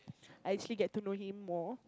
I actually get to know him more